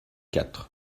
quatre